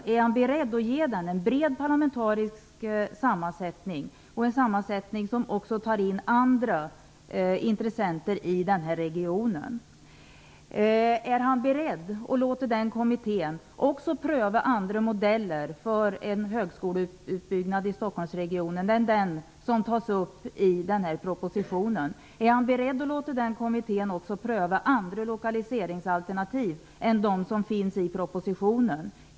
Är utbildningsministern beredd att ge denna kommitté en bred parlamentarisk sammansättning och också låta andra intressenter från regionen ingå i den? Är utbildningsministern beredd att låta kommittén pröva också andra modeller för en utbyggnad av högskolan i Stockholmsregionen än den modell som tas upp i propositionen? Är utbildningsministern beredd att låta kommittén pröva också andra lokaliseringsalternativ än de som finns i propositionen?